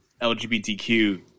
LGBTQ